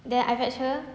then I fetch her